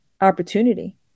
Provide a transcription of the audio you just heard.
opportunity